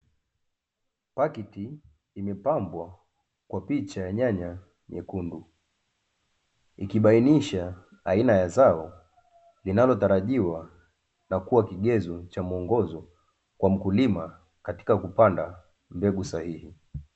Pakiti imepambwa kwa picha ya nyanya nyekundu, ikibainisha aina ya zao linalotarajiwa na kuwa kigezo cha muongozo, kwa mkulima katika kupanda mbegu sahihi.